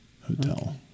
Hotel